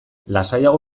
lasaiago